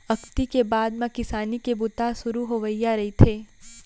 अक्ती के बाद म किसानी के बूता ह सुरू होवइया रहिथे